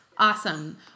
Awesome